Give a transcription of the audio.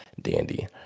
dandy